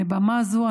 מבמה זו,